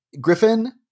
Griffin